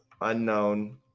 unknown